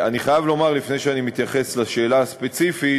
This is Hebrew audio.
אני חייב לומר, לפני שאני מתייחס לשאלה הספציפית,